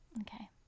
Okay